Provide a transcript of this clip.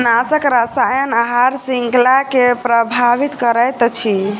कीटनाशक रसायन आहार श्रृंखला के प्रभावित करैत अछि